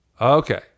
Okay